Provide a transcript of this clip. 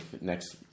next